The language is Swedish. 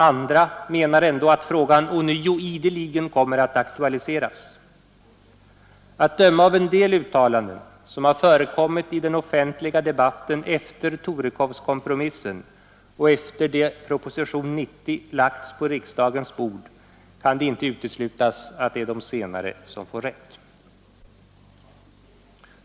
Andra menar ändå att frågan ideligen ånyo kommer att aktualiseras. Att döma av en del uttalanden som har förekommit i den offentliga debatten efter Torekovskompromissen och efter det att propositionen 90 lagts på riksdagens bord kan det inte uteslutas, att det är de senare som får rätt.